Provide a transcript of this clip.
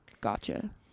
Gotcha